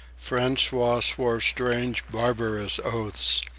francois swore strange barbarous oaths,